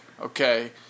okay